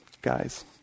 guys